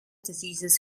diseases